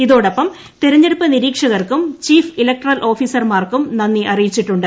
ഇതോടൊപ്പം തിരഞ്ഞെടുപ്പ് നിരീക്ഷകർക്കും ചീഫ് ഇലക്ടറൽ ഓഫീസർമാർക്കും നന്ദി അറിയിച്ചിട്ടുണ്ട്